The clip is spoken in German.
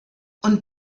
und